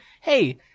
Hey